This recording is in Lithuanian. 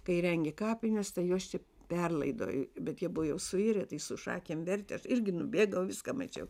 kai rengė kapines tai juos čia perlaidojo bet jie buvo jau suirę tai su šakėm vertė aš irgi nubėgau viską mačiau